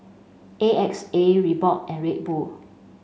A X A Reebok and Red Bull